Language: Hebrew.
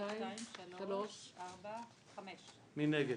ההסתייגות 5 נגד,